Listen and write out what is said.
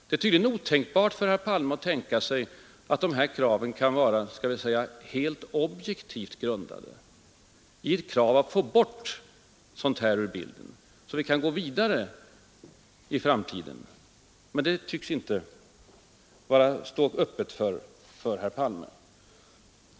Det är tydligen otänkbart för herr Palme att sådana utredningskrav kan vara helt objektivt grundade på en önskan att få bort alla antydningar, så att vi kan gå vidare. Den tanken tycks inte stå öppen för herr Palme.